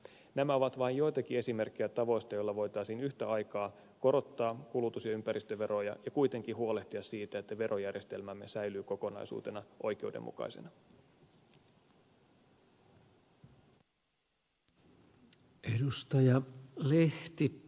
nämä ovat vain joitakin esimerkkejä tavoista joilla voitaisiin yhtä aikaa korottaa kulutus ja ympäristöveroja ja kuitenkin huolehtia siitä että verojärjestelmämme säilyy kokonaisuutena oikeudenmukaisena